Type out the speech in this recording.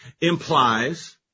implies